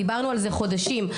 דיברנו על זה חודשים.